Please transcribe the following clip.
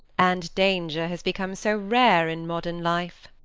and danger has become so rare in modern life.